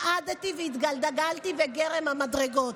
מעדתי והתגלגלתי בגרם המדרגות.